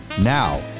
Now